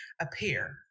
appear